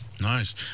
Nice